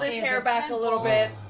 ah hair back a little bit.